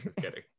kidding